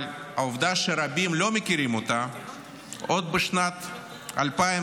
אבל העובדה שרבים לא מכירים היא שעוד בשנת 2009,